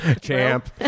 Champ